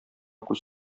күз